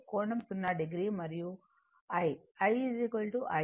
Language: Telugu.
కోణం 0 o మరియు I I iLకోణం 90 o